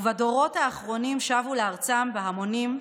ובדורות האחרונים שבו לארצם בהמונים,